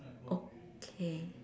okay